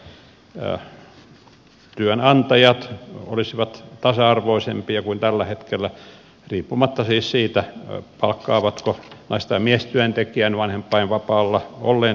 elikkä työnantajat olisivat tasa arvoisempia kuin tällä hetkellä riippumatta siis siitä palkkaavatko nais tai miestyöntekijän vanhempainvapaalla olleen työntekijän tai ei